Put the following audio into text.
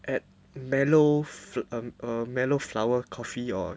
at mellow flo~ err err mellow flower coffee or